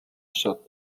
shut